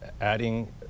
adding